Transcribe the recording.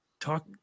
talk